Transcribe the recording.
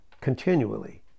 continually